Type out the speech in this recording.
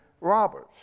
robbers